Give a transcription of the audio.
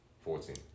Fourteen